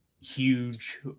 huge